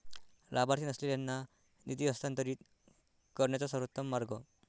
लाभार्थी नसलेल्यांना निधी हस्तांतरित करण्याचा सर्वोत्तम मार्ग